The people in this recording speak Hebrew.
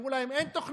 אמרו להם: אין תוכנית,